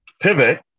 pivot